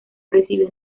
recibió